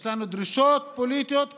יש לנו דרישות פוליטיות ברורות.